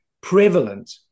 prevalent